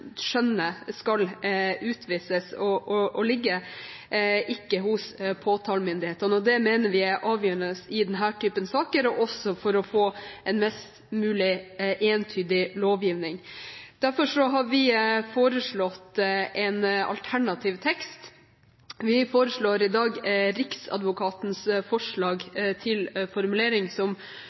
mener vi er avgjørende i denne typen saker, også for å få en mest mulig entydig lovgivning. Derfor har vi foreslått en alternativ tekst. Vi foreslår i dag Riksadvokatens forslag til formulering,